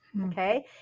okay